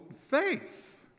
faith